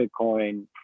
Bitcoin